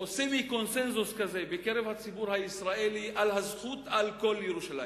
או סמי-קונסנזוס כזה בציבור הישראלי על הזכות על כל ירושלים,